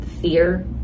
fear